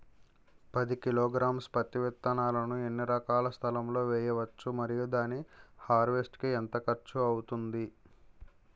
పది కిలోగ్రామ్స్ పత్తి విత్తనాలను ఎన్ని ఎకరాల స్థలం లొ వేయవచ్చు? మరియు దాని హార్వెస్ట్ కి ఎంత ఖర్చు అవుతుంది?